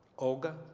olga,